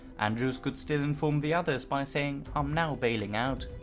andrews could still inform the others by saying i'm now bailing out.